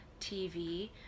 tv